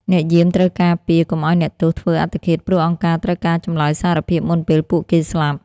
អ្នកយាមត្រូវការពារកុំឱ្យអ្នកទោសធ្វើអត្តឃាត ព្រោះអង្គការត្រូវការចម្លើយសារភាពមុនពេលពួកគេស្លាប់។